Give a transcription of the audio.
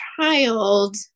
child